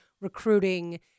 recruiting